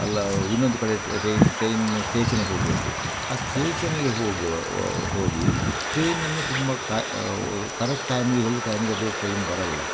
ಅಲ್ಲ ಇನ್ನೊಂದು ಕಡೆ ಟ್ರೈನ್ ಟ್ರೈನ್ನ ಸ್ಟೇಷನಿಗೆ ಹೋಗಬೇಕು ಆ ಸ್ಟೇಷನ್ನಿಗೆ ಹೋಗುವ ಹೋಗಿ ಟ್ರೇನನ್ನು ತುಂಬ ಕಾ ಕರೆಕ್ಟ್ ಟೈಮಿಗೆ ಹೇಳಿದ ಟೈಮ್ಗೆ ಅದು ಟ್ರೈನ್ ಬರೋಲ್ಲ